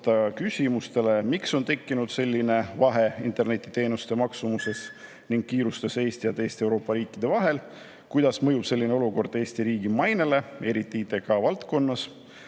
küsimustele. Miks on tekkinud selline vahe internetiteenuste maksumuses ning kiirustes Eesti ja teiste Euroopa riikide vahel? Kuidas mõjub selline olukord Eesti riigi mainele, eriti ITK-valdkonnas?